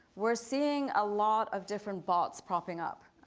we're seeing a lot of different bots propping up.